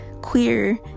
queer